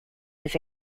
his